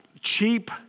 cheap